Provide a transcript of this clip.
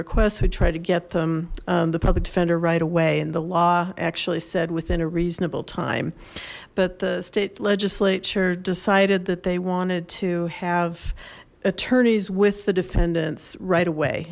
requests we try to get them the public defender right away and the law actually said within a reasonable time but the state legislature decided that they wanted to have attorneys with the defendants right away